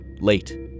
Late